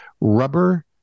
rubber